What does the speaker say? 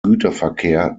güterverkehr